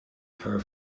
her